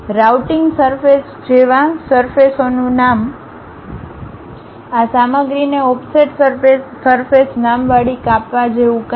routing surface જેવીસરફેસ ઓનું નામ આ સામગ્રીને ઓફસેટ સરફેસ નામવાળી કાપવા જેવું કંઈક